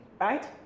right